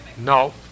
No